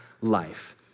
life